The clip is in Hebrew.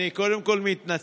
אני קודם כול מתנצל,